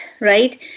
right